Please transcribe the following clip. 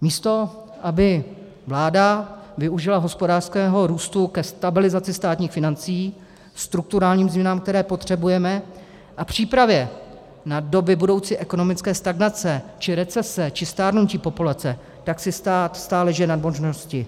Místo aby vláda využila hospodářského růstu ke stabilizaci státních financí, ke strukturálním změnám, které potřebujeme, a přípravě na doby budoucí ekonomické stagnace, či recese, či stárnutí populace, tak si stát stále žije nad možnosti.